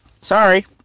sorry